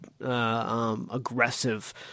aggressive